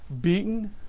Beaten